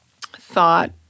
thought